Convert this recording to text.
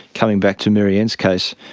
coming back to maryanne's case,